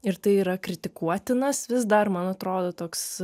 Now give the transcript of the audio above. ir tai yra kritikuotinas vis dar man atrodo toks